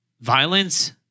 violence